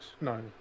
No